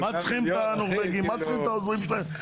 למה צריכים את הנורבגים ואת העוזרים שלהם?